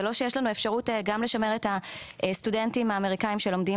זה לא שיש לנו אפשרות גם לשמר את הסטודנטים האמריקאים שלומדים